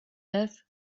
love